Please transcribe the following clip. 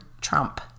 Trump